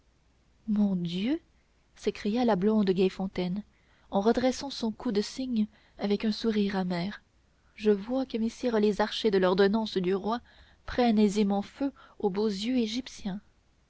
mon dieu s'écria la blonde gaillefontaine en redressant son cou de cygne avec un sourire amer je vois que messieurs les archers de l'ordonnance du roi prennent aisément feu aux beaux yeux égyptiens